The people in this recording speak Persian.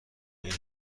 این